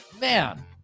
Man